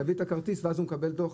תביא את הכרטיס ואז הוא מקבל דוח.